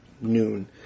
noon